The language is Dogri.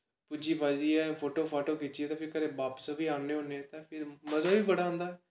पुज्जी पज्जियै फोटो फाटो खिच्चियै ते फिर घरै बापस बी औन्ने होन्ने ते फिर मजा बी बड़ा आंदा